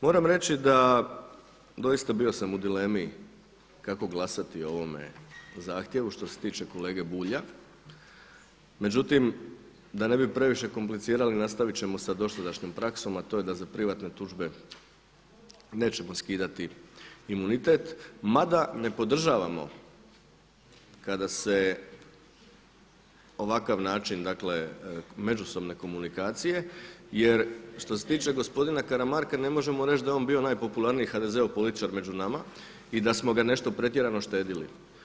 Moram reći da doista bio sam u dilemi kako glasati o ovome zahtjevu što se tiče kolege Bulja, međutim da ne bi previše komplicirali nastavit ćemo sa dosadašnjom praksom, a to je da za privatne tužbe nećemo skidati imunitet, mada ne podržavamo kada se ovakav način međusobne komunikacije jer što se tiče gospodina Karamarka ne možemo reći da je on bio najpopularniji HDZ-ov političar među nama i da smo ga nešto pretjerano štedili.